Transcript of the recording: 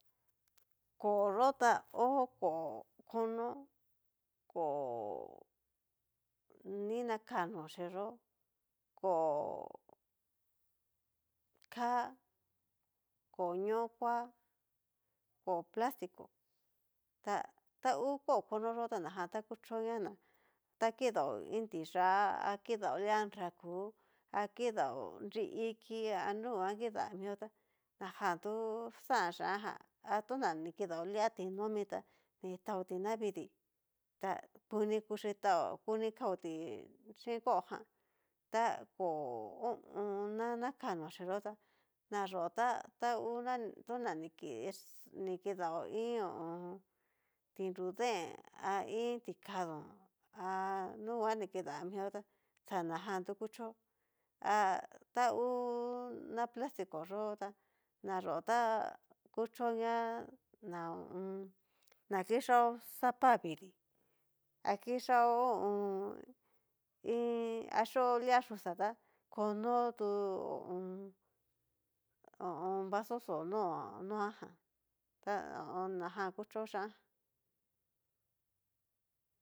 Kóo yo ta ho kóo kono kóo ni na ká noxhi yó, kóo ká kóo ñó'o kua, kóo platico ta tangu kóo kono yó ta najan ta kuchoña ta kidaó iin tiyá ha kidao lia nrakú, akidao nriiki a nuguan kida mio tá, najan tu xan xhianjan atoná ni kidao lia tinomi tá nitanti navidii ta kuni kuxhitaó kuni kaotí xhin kóo jan, ta kóo ho o on. na na ka noxhi yó tá, naxó tangu na tona ni kis nikiao iin ho o on. tinrudee, a iin tikadón, anunguan ni kidamió tá, xanajan tu kuchó ha ta ngu na plastiko yó tá nayó ta kuchoña na hu u un. na kixhaó sapa vidii há kixhaó ho o o. iin a xhio lia yuxa tá kono tu ho o on. ho o on. vaso xó no noajan, ta ho o on. najan kuchó chian jan.